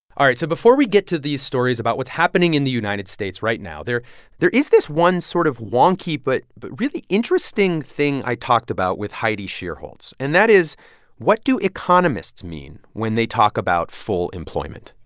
all right. so before we get to these stories about what's happening in the united states right now, there there is this one sort of wonky but but really interesting thing i talked about with heidi shierholz, and that is what do economists mean when they talk about full employment?